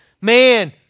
man